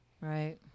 Right